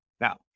Now